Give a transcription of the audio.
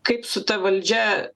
kaip su ta valdžia